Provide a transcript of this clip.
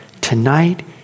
tonight